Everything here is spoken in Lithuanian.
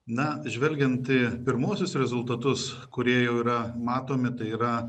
na žvelgiant į pirmuosius rezultatus kurie jau yra matomi tai yra